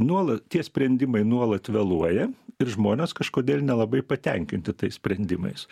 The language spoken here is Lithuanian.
nuolat tie sprendimai nuolat vėluoja ir žmonės kažkodėl nelabai patenkinti tais sprendimais